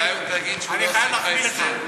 אני חייב להחמיא לך.